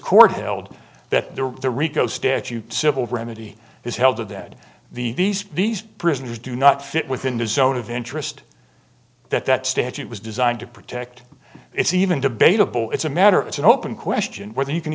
court held that the rico statute civil remedy is held to that the these these prisoners do not fit within the zone of interest that that statute was designed to protect it's even debatable it's a matter it's an open question whether you can